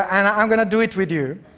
and i'm going to do it with you.